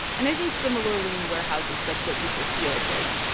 and i think similarly in the warehouses, that's what people feel it's like,